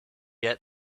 yet